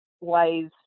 ways